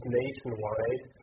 nationwide